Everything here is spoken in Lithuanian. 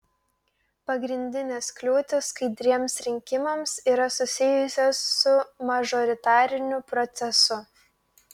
pagrindinės kliūtys skaidriems rinkimams yra susijusios su mažoritariniu procesu